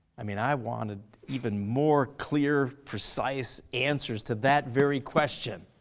i mean i wanted even more clear precise answers to that very question.